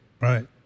Right